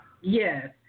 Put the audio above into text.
Yes